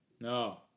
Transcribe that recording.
No